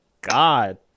god